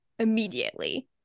immediately